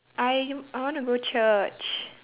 I I wanna go church